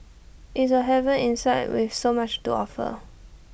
IT is A haven inside with so much to offer